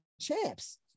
champs